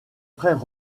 frère